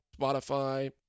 Spotify